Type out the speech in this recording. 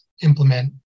implement